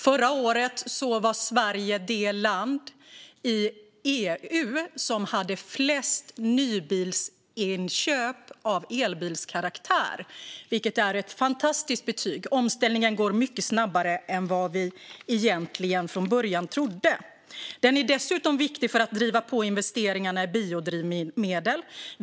Förra året var Sverige det land i EU som hade flest nybilsinköp av elbilskaraktär, vilket är ett fantastiskt betyg. Omställningen går mycket snabbare än vad vi egentligen från början trodde. Den är dessutom viktig för att driva på investeringarna i biodrivmedel.